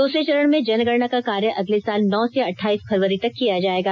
दूसरे चरण में जनगणना का कार्य अगले साल नौ से अठाईस फरवरी तक किया जाएगा